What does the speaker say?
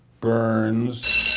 Burns